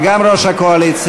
וגם ראש הקואליציה.